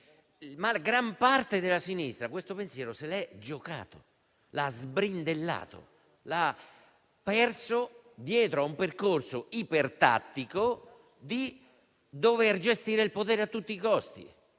Gran parte della sinistra, però, questo pensiero se l'è giocato; la sbrindellato, l'ha perso dietro un percorso ipertattico per dover gestire il potere a tutti i costi,